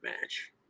Match